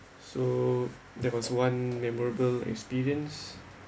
so that was one memorable experience